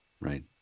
right